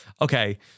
okay